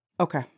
Okay